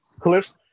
Cliff